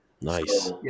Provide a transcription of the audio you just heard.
Nice